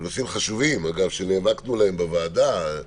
נושאים חשובים, אגב, שנאבקנו עליהם בוועדה,